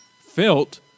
felt